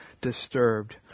disturbed